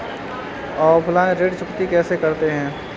Offline ऋण चुकौती कैसे करते हैं?